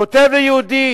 כותב לי יהודי